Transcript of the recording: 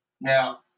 Now